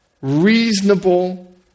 reasonable